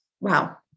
Wow